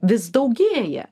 vis daugėja